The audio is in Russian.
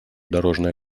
дорожная